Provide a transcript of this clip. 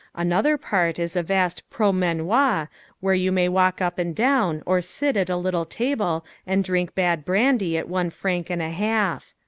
another part is a vast promenoir where you may walk up and down or sit at a little table and drink bad brandy at one franc and a half.